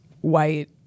white